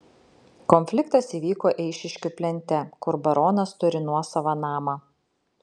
konfliktas įvyko eišiškių plente kur baronas turi nuosavą namą